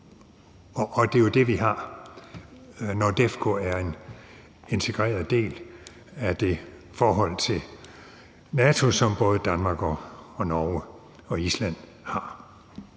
Og det er jo det, vi har; NORDEFCO er en integreret del af det forhold til NATO, som både Danmark, Norge og Island har.